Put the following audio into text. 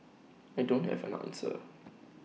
I don't have an answer